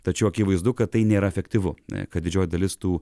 tačiau akivaizdu kad tai nėra efektyvu kad didžioji dalis tų